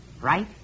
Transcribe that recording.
Right